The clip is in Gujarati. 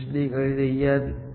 કરી રહ્યા છે